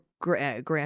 grant